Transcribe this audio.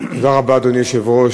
תודה רבה, אדוני היושב-ראש.